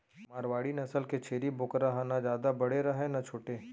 मारवाड़ी नसल के छेरी बोकरा ह न जादा बड़े रहय न छोटे